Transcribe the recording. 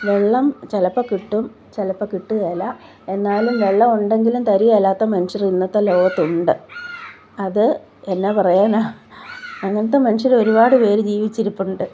വെള്ളം ചിലപ്പം കിട്ടും ചിലപ്പം കിട്ടുകയില്ല എന്നാലും വെള്ളമുണ്ടെങ്കിലും തരികയിലാത്ത മനുഷ്യർ ഇന്നത്തെ ലോകത്തുണ്ട് അത് എന്നാ പറയാനാണ് അങ്ങനത്തെ മനുഷ്യർ ഒരുപാട് പേര് ജീവിച്ചിരിപ്പുണ്ട്